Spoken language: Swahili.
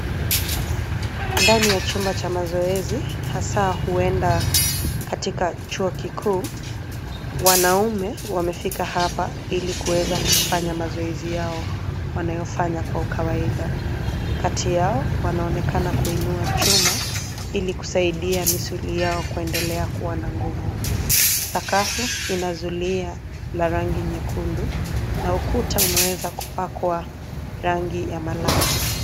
Ndani ya chumba cha mazoezi, hasaa huenda katika chuo kikuu, wanaume wamefika hapa ilikuweza kufanya mazoezi yao wanayofanya kwa ukawaida. Kati yao, wanaonekana kuinua chuma ilikusaidia misuli yao kuendelea kuwa na nguvu. Sakafu ina zulia la rangi nyekundu na ukuta umeweza kupakwa rangi ya malai.